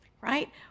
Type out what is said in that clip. right